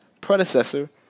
predecessor